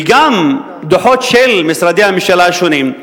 וגם דוחות של משרדי הממשלה השונים,